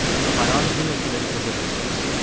and the biology of political differences.